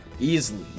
easily